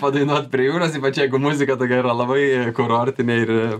padainuot prie jūros ypač jeigu muzika tokia yra labai kurortinė ir